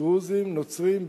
דרוזיים, נוצריים ובדואיים,